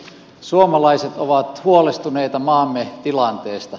suomalaiset ovat huolestuneita maamme tilanteesta